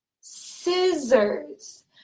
Scissors